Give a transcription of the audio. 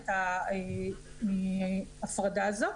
את ההפרדה הזאת,